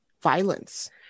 violence